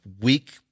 weak